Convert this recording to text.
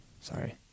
Sorry